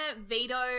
veto